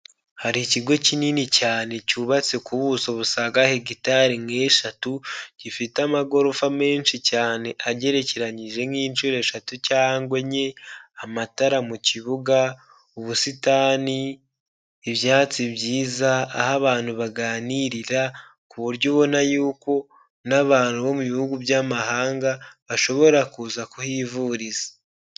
Hari ikigo kinini cyane cyubatse ku buso busangaga hegitari nk'eshatu, gifite amagorofa menshi cyane agerekeranyije nk'inshuro eshatu cyangwa enye, amatara mu kibuga, ubusitani, ibyatsi byiza, aho abantu baganirira ku buryo ubona yuko n'abantu bo mu bihugu by'amahanga bashobora kuza kuhivuriza.